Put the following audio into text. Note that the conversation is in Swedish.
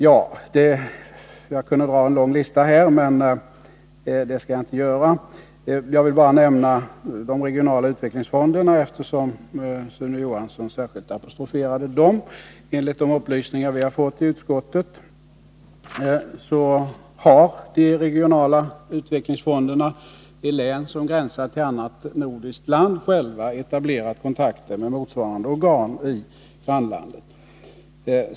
Jag skulle kunna göra den här listan lång, men jag skall inskränka mig till att ta upp frågan om de regionala utvecklingsfonderna, eftersom Sune & Johansson särskilt nämnde dem. Enligt de upplysningar utskottet har fått har de regionala utvecklingsfonderna i län som gränsar till annat nordiskt land själva etablerat kontakter med motsvarande organ i grannlandet.